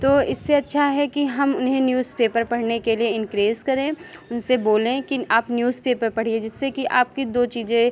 तो इससे अच्छा है कि हम उन्हें न्यूज़ पेपर पढ़ने के लिए इनक्रेज़ करें उनसे बोलें कि आप न्यूज़पेपर पढ़िए जिससे कि आपकी दो चीज़ें